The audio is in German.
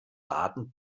daten